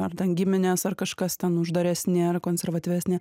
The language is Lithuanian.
ar ten giminės ar kažkas ten uždaresni ar konservatyvesni